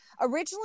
originally